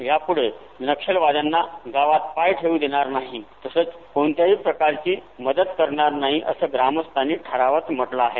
याप्ढे नक्षलवाद्याना गावात पाय ठेवू देणार नाही तसंच कोणत्याही प्रकारची मदत करणार नाही असं ग्रामस्थांनी ठरावात म्हटले आहे